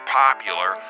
popular